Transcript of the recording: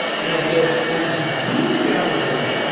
and as they're they're zooming down the runway,